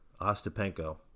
Ostapenko